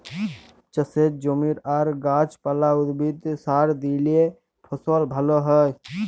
চাষের জমিতে আর গাহাচ পালা, উদ্ভিদে সার দিইলে ফসল ভাল হ্যয়